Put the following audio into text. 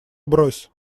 брось